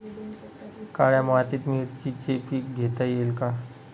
काळ्या मातीत मिरचीचे पीक घेता येईल का?